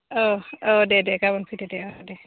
औ दे दे गाबोन फैदो दे